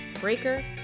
Breaker